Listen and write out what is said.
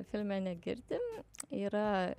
filme negirdim yra